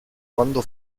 quando